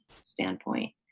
standpoint